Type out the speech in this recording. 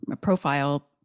profile